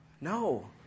no